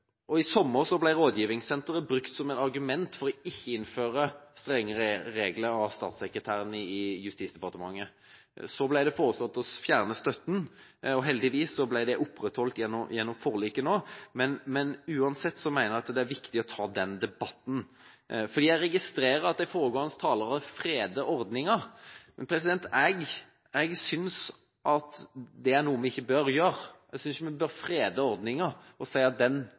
å innføre strengere regler. Så ble det foreslått å fjerne støtten. Heldigvis ble dette opprettholdt gjennom forliket nå, men uansett mener jeg det er viktig å ta den debatten. Jeg registrerer at de foregående talerne freder ordningen, men jeg synes det er noe vi ikke bør gjøre. Jeg synes ikke vi bør frede ordningen og si at den